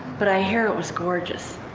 but i hear it was gorgeous.